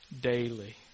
daily